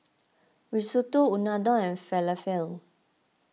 Risotto Unadon and Falafel